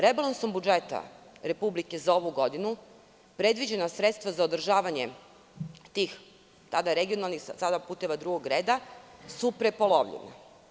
Rebalansom budžeta Republike za ovu godinu, predviđena sredstva za održavanje tih tada regionalnih, sada puteva drugog reda, su prepolovljena.